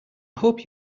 hope